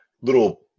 little